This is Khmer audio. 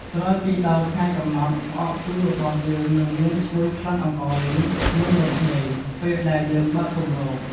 ក្រោយពីដល់ថ្ងៃកំណត់ ផ្អកជូររបស់យើងនឹងមានឈ្ងុយក្លិនអង្ករលីង និងរំដេង ពេលដែលយើងបើកគម្រប។